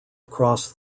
across